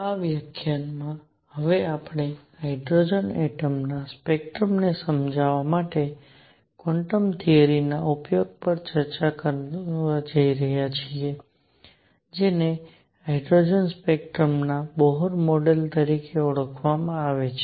આ વ્યાખ્યાનમાં હવે આપણે હાઇડ્રોજન એટમ ના સ્પેક્ટ્રમને સમજાવવા માટે ક્વોન્ટમ થિયરીના ઉપયોગ પર ચર્ચા કરવા જઈ રહ્યા છીએ જેને હાઇડ્રોજન સ્પેક્ટ્રમના બોહર મોડેલ તરીકે ઓળખવામાં આવે છે